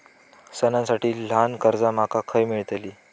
सणांसाठी ल्हान कर्जा माका खय मेळतली?